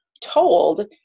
told